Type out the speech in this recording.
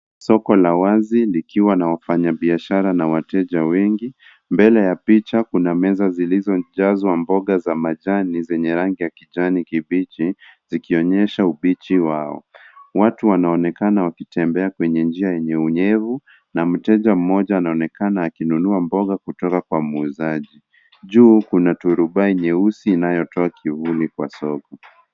Soko la wazi likiwa na wafanyabiashara na wateja wengi. Mbele ya picha kuna meza zilizojazwa mboga za majani zenye rangi ya kijani kibichi zikionyesha ubichi wao. Watu wanaonekana wakitembea kwenye njia yenye unyevu na mteja mmoja anaonekana akinunua mboga kutoka kwa muuzaji. Juu kuna turubai nyeusi inayotoa kivuli kwa soko.